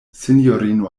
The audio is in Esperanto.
sinjorino